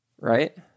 Right